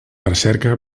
recerca